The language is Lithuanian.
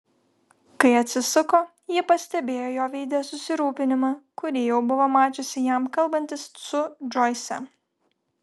kai atsisuko ji pastebėjo jo veide susirūpinimą kurį jau buvo mačiusi jam kalbantis su džoise